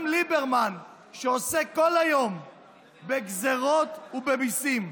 גם ליברמן, שעוסק כל היום בגזרות ובמיסים,